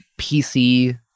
PC